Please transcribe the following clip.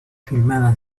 filmada